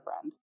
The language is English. friend